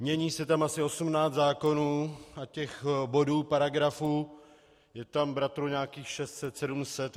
Mění se tam asi 18 zákonů a těch bodů paragrafů je tam bratru nějakých 600700.